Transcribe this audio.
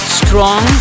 strong